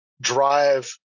drive